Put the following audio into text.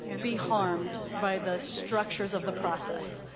be harmed by the structures of the process.